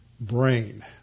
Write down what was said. brain